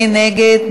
מי נגד?